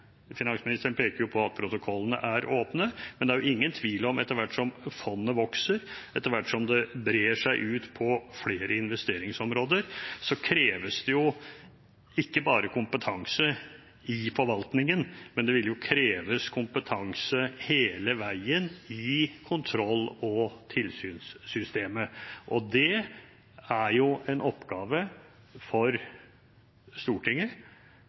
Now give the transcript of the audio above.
finansministeren peker på at protokollene er åpne. Men det er ingen tvil om at etter hvert som fondet vokser, etter hvert som det brer seg ut på flere investeringsområder, kreves det ikke bare kompetanse i forvaltningen, men det vil jo kreves kompetanse hele veien i kontroll- og tilsynssystemet. Det er en oppgave for Stortinget